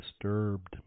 disturbed